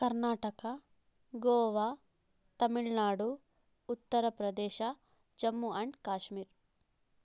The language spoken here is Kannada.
ಕರ್ನಾಟಕ ಗೋವಾ ತಮಿಳು ನಾಡು ಉತ್ತರ ಪ್ರದೇಶ ಜಮ್ಮು ಆ್ಯಂಡ್ ಕಾಶ್ಮೀರ್